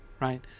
right